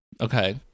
Okay